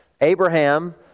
Abraham